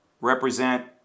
represent